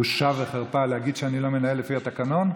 בושה וחרפה, להגיד שאני לא מנהל לפי התקנון?